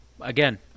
Again